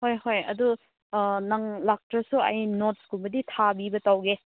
ꯍꯣꯏ ꯍꯣꯏ ꯑꯗꯨ ꯅꯪ ꯂꯥꯛꯇ꯭ꯔꯁꯨ ꯑꯩ ꯅꯣꯠꯁ ꯀꯨꯝꯕꯗꯤ ꯊꯥꯕꯤꯕ ꯇꯧꯒꯦ